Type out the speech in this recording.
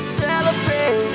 celebrate